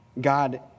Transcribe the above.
God